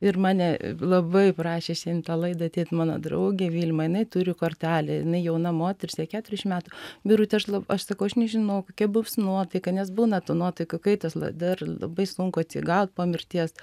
ir mane labai prašė šiandien į tą laidą ateit mano draugė vilma jinai turi kortelę jinai jauna moteris jai keturiasdešim metų birute aš sakau aš nežinau kokia bus nuotaika nes būna tų nuotaikų kaitos dar labai sunku atsigaut po mirties